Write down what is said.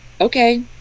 okay